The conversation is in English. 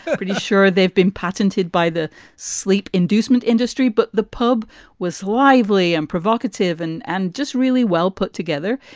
pretty sure they've been patented by the sleep inducement industry. but the pub was lively and provocative and and just really well put together.